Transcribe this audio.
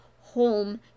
home